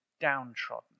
downtrodden